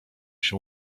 się